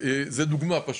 זו דוגמא פשוטה.